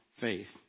faith